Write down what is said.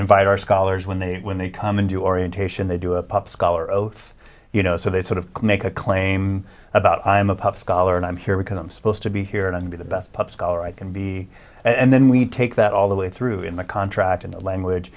invite our scholars when they when they come into orientation they do a pop scholar oath you know so they sort of make a claim about i'm a pub scholar and i'm here because i'm supposed to be here and be the best pub scholar i can be and then we take that all the way through in a contract in the language